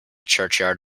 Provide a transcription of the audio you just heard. churchyard